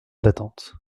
d’attente